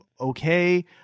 Okay